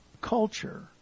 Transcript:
culture